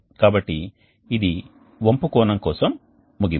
కాబట్టి ఇది వంపు కోణం కోసం ముగింపు